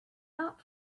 not